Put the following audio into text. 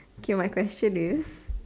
okay my question is